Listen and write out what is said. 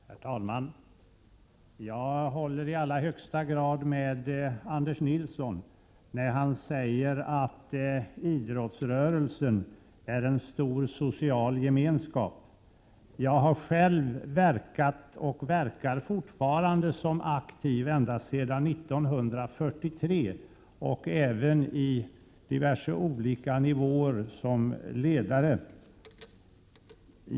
Herr talman! Jag håller i allra högsta grad med Anders Nilsson, när han säger att idrottsrörelsen är en stor social gemenskap. Jag har själv verkat och verkar fortfarande som aktiv ända sedan 1943 och även på olika nivåer som ledare.